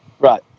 Right